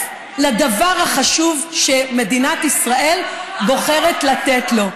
לדבר החשוב שמדינת ישראל בוחרת לתת לו.